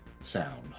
sound